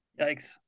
Yikes